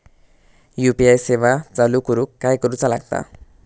UPI सेवा चालू करूक काय करूचा लागता?